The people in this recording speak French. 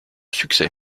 succès